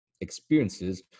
experiences